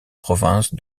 province